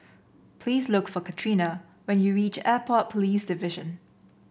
please look for Katrina when you reach Airport Police Division